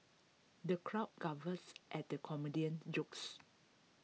the crowd guffaws at the comedian's jokes